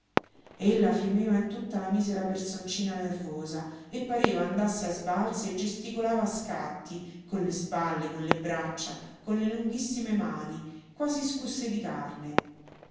fondo ella fremeva in tutta la misera personcina nervosa e pareva andasse a sbalzi e gesticolava a scatti con le spalle con le braccia con le lunghissime mani quasi scusse di carne